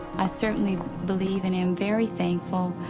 i certainly believe and am very thankful,